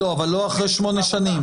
אבל לא אחרי 8 שנים.